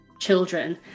children